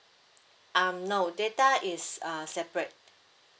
um no data is uh separate